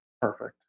perfect